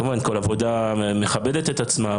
כמובן כל עבודה מכבדת את עצמה,